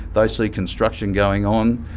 they see construction going on.